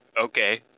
okay